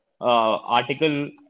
article